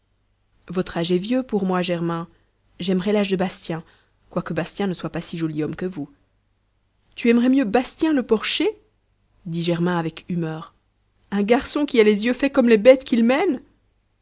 votre âge est vieux pour moi germain j'aimerais l'âge de bastien quoique bastien ne soit pas si joli homme que vous tu aimerais mieux bastien le porcher dit germain avec humeur un garçon qui a les yeux faits comme les bêtes qu'il mène